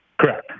Correct